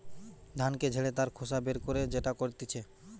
ধানকে ঝেড়ে তার খোসা বের করে যেটা করতিছে